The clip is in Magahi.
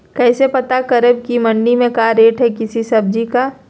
कैसे पता करब की मंडी में क्या रेट है किसी सब्जी का?